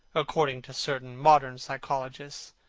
according to certain modern psychologists,